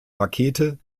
rakete